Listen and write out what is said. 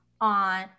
on